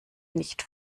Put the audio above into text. nicht